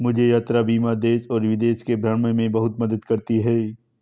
मुझे यात्रा बीमा देश और विदेश के भ्रमण में बहुत मदद करती है